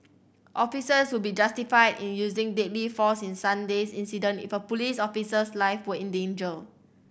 officers would be justified in using deadly force in Sunday's incident if a police officer's life were in danger